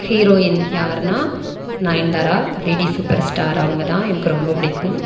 heroine யாருனா Nayanthara lady super star அவங்க தான் எனக்கு ரொம்ப பிடிக்கும்